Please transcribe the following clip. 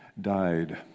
died